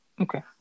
Okay